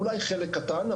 אולי חלק קטן,